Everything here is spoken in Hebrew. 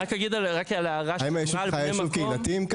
היישוב שלך הוא קהילתי?